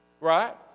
right